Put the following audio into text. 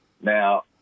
Now